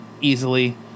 Easily